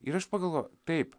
ir aš pagalvojau taip